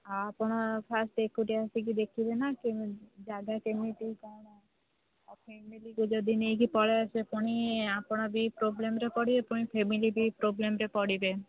ଆପଣ ଫାଷ୍ଟ୍ ଏକୁଟିଆ ଆସିକି ଦେଖିବେ ନା ଜାଗା କେମିତି କ'ଣ ଆଉ ଫାମିଲିକୁ ଯଦି ନେଇକି ପଳେଇ ଆସିବେ ପୁଣି ଆପଣ ବି ପ୍ରୋବ୍ଲେମ୍ରେ ପଡ଼ିବେ ଫୁଣି ଫାମିଲି ବି ପ୍ରୋବ୍ଲେମ୍ରେ ପଡ଼ିବେ